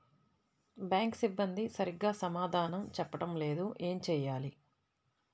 Bank సిబ్బంది సరిగ్గా సమాధానం చెప్పటం లేదు ఏం చెయ్యాలి?